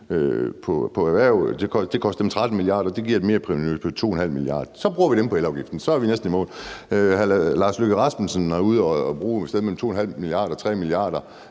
på erhverv. Det koster dem 13 mia. kr., og det giver et merprovenu på 2,5 mia. kr. Så bruger vi dem på elafgiften, og så er vi næsten i mål. Udenrigsministeren er ude at bruge et sted mellem 2,5 mia. kr. og 3 mia. kr.